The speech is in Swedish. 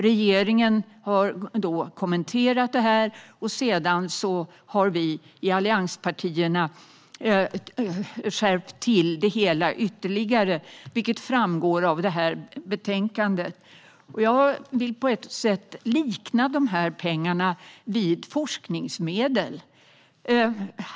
Regeringen har kommenterat detta, och sedan har vi i allianspartierna skärpt till det hela ytterligare, vilket framgår av betänkandet. Jag vill likna dessa pengar vid forskningsmedel.